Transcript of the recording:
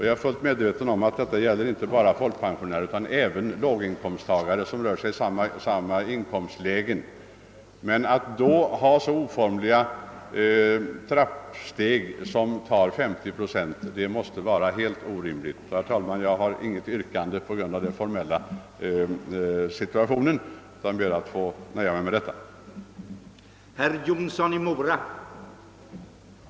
Detta gäller inte bara folkpensionärerna utan även andra låginkomsttagare i ungefär samma inkomstlägen. Att då ha så oformliga trappsteg att det kommer att röra sig om 50 procent förmånsminskning i förhållande till extrainkomster måste vara orimligt. Herr talman! Av formella skäl kan jag som sagt inte framställa något yrkande.